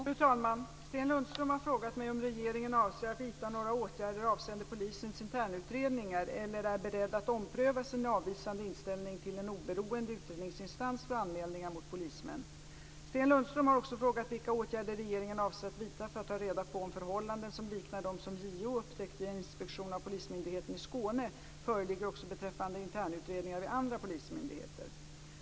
Fru talman! Sten Lundström har frågat mig om regeringen avser att vidta några åtgärder avseende polisens internutredningar eller är beredd att ompröva sin avvisande inställning till en oberoende utredningsinstans för anmälningar mot polismän. Sten Lundström har också frågat vilka åtgärder regeringen avser att vidta för att ta reda på om förhållanden som liknar dem som JO upptäckt vid en inspektion av Polismyndigheten i Skåne föreligger också beträffande internutredningar vid andra polismyndigheter.